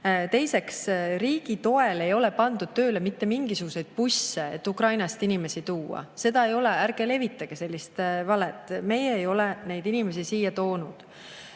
riigi toel ei ole pandud tööle mitte mingisuguseid busse, et Ukrainast inimesi tuua. Seda ei ole. Ärge levitage sellist valet. Meie ei ole neid inimesi siia